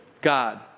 God